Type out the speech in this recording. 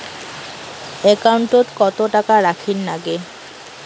একাউন্টত কত টাকা রাখীর নাগে?